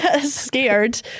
scared